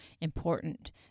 important